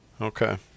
Okay